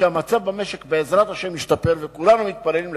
כשהמצב במשק בעזרת השם ישתפר וכולנו מתפללים לכך,